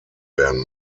werden